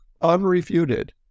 unrefuted